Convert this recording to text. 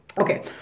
Okay